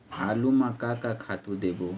आलू म का का खातू देबो?